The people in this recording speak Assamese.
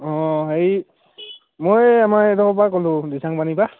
অঁ হেৰি মই এই আমাৰ এইডোখৰ পৰা ক'লোঁ দিচাংপানীৰ পৰা